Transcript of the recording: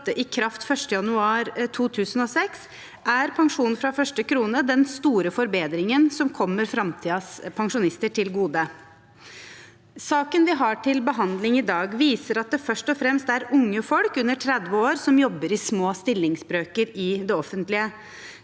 i kraft 1. januar 2006, er pensjon fra første krone den store forbedringen som kommer framtidens pensjonister til gode. Saken vi har til behandling i dag, viser at det først og fremst er unge folk under 30 år som jobber i små stillingsbrøker i det offentlige.